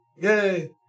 yay